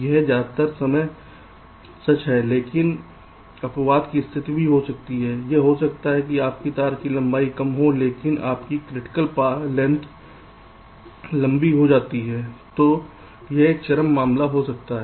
यह ज्यादातर समय सच है लेकिन अपवाद की स्थिति हो सकती है यह हो सकता है कि आपकी तार की लंबाई कम हो रही है लेकिन आपकी क्रिटिकल लेंथ लंबी होती जा रही है जो एक चरम मामला हो सकता है